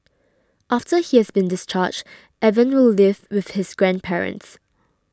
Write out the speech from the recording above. after he has been discharged Evan will live with his grandparents